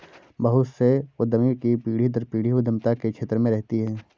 बहुत से उद्यमी की पीढ़ी दर पीढ़ी उद्यमिता के क्षेत्र में रहती है